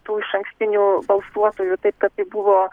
tų išankstinių balsuotojų taip kad tai buvo